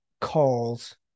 calls